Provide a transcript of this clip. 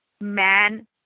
man